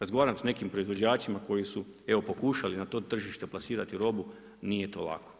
Razgovaram s nekim proizvođačima koji su evo pokušali na to tržište plasirati robu, nije to lako.